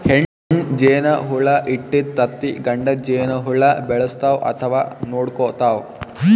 ಹೆಣ್ಣ್ ಜೇನಹುಳ ಇಟ್ಟಿದ್ದ್ ತತ್ತಿ ಗಂಡ ಜೇನಹುಳ ಬೆಳೆಸ್ತಾವ್ ಅಥವಾ ನೋಡ್ಕೊತಾವ್